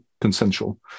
consensual